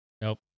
Nope